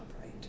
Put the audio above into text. right